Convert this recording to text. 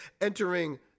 entering